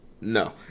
No